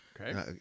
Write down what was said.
okay